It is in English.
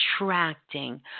attracting